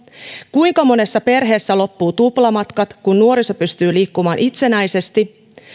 kuinka monessa perheessä loppuvat tuplamatkat kun nuoriso pystyy liikkumaan itsenäisesti